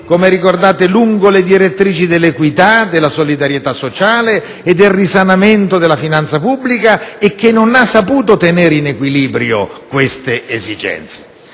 come ricordate - lungo le direttrici dell'equità, della solidarietà sociale e del risanamento della finanza pubblica e che non ha saputo tenere in equilibrio queste esigenze.